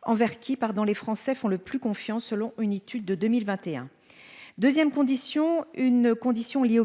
ceux auxquels les Français font le plus confiance, selon une étude de 2021. Il s'agit ensuite d'une condition liée aux